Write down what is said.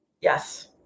yes